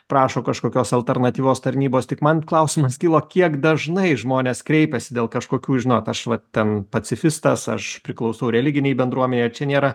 prašo kažkokios alternatyvios tarnybos tik man klausimas kilo kiek dažnai žmonės kreipiasi dėl kažkokių žinot aš va ten pacifistas aš priklausau religinei bendruomenei ar čia nėra